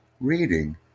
reading